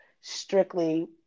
strictly